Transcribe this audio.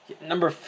Number